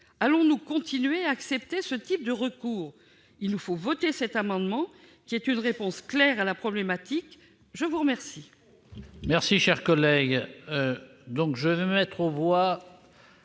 Allons-nous continuer d'accepter ce type de recours ? Il nous faut voter cet amendement, lequel constitue une réponse claire à cette problématique. Je mets aux voix